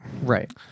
right